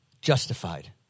justified